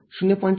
२ ०